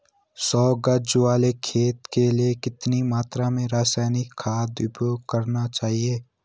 सौ गज वाले खेत के लिए कितनी मात्रा में रासायनिक खाद उपयोग करना चाहिए?